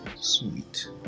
Sweet